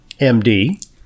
MD